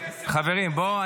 בואו,